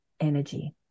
energy